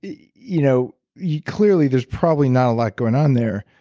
yeah you know yeah clearly, there's probably not a lot going on there.